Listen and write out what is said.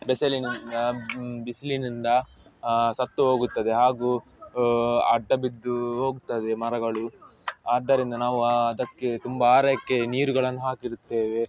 ಬಿಸಿಲಿನಿಂದ ಬಿಸಿಲಿನಿಂದ ಸತ್ತು ಹೋಗುತ್ತದೆ ಹಾಗೂ ಅಡ್ಡ ಬಿದ್ದು ಹೋಗುತ್ತದೆ ಮರಗಳು ಆದ್ದರಿಂದ ನಾವು ಆ ಅದಕ್ಕೆ ತುಂಬ ಆರೈಕೆ ನೀರುಗಳನ್ನು ಹಾಕಿರುತ್ತೇವೆ